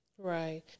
Right